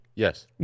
Yes